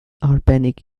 arbennig